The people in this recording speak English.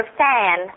fan